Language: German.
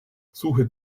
suche